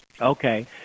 Okay